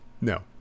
No